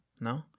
No